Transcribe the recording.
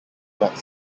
about